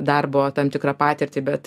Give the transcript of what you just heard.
darbo tam tikrą patirtį bet